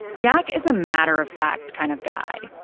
jack is a matter-of-fact kind of guy,